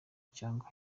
cyangwa